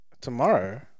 Tomorrow